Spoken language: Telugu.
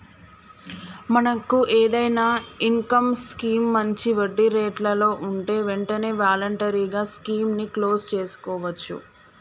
మనకు ఏదైనా ఇన్కమ్ స్కీం మంచి వడ్డీ రేట్లలో ఉంటే వెంటనే వాలంటరీగా స్కీమ్ ని క్లోజ్ సేసుకోవచ్చు